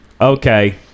Okay